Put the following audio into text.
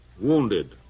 wounded